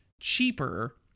cheaper